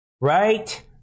Right